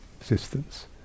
existence